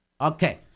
Okay